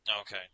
Okay